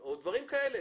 או דברים כאלה.